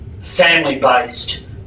family-based